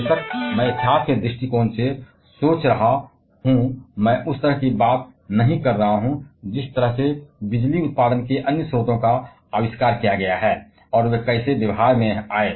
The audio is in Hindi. बेशक मैं इतिहास के दृष्टिकोण से हूं मैं उस तरह की बात नहीं कर रहा हूं जिस तरह से बिजली उत्पादन के अन्य स्रोतों का आविष्कार किया गया है और वे कैसे व्यवहार में आए